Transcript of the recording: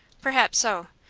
perhaps so.